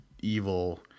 evil